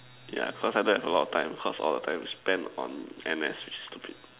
yeah because I don't have a lot of time because all the time is spent on N_S which is stupid